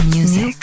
Music